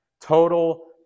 total